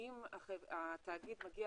ואם התאגיד מגיע